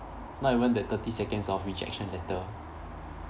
not even that thirty seconds of rejection letter